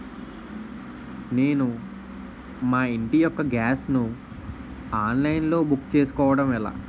నేను మా ఇంటి యెక్క గ్యాస్ ను ఆన్లైన్ లో బుక్ చేసుకోవడం ఎలా?